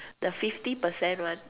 the fifty percent one